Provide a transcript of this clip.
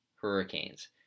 Hurricanes